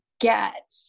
get